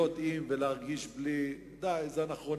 להיות עם ולהרגיש בלי, די, זה אנכרוניזם.